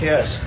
Yes